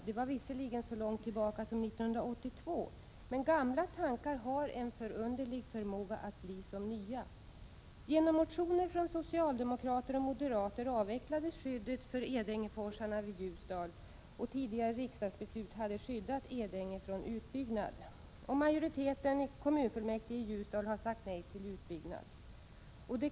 Det var visserligen så långt tillbaka som 1982, men gamla tankar har en förunderlig förmåga att bli som nya. Genom motioner från socialdemokrater och moderater avvecklades skyddet för Edängeforsarna vid Ljusdal. Tidigare riksdagsbeslut hade skyddat Edänge från utbyggnad. Majoriteten i kommunfullmäktige i Ljusdal har sagt nej till utbyggnad.